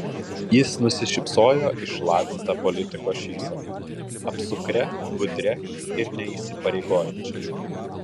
jis nusišypsojo išlavinta politiko šypsena apsukria budria ir neįsipareigojančia